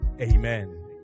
Amen